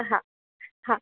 હા હા